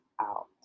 out